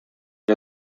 gli